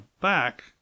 back